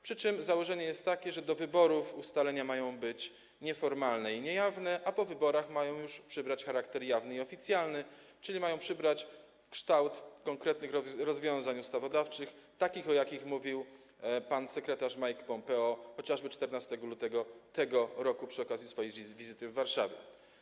Przy czym założenie jest takie, że do wyborów ustalenia mają być nieformalne i niejawne, a po wyborach mają już przybrać charakter jawny i oficjalny, czyli mają przybrać kształt konkretnych rozwiązań ustawodawczych, o jakich mówił pan sekretarz Mike Pompeo chociażby 14 lutego b.r. przy okazji swojej wizyty w Warszawie.